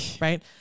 right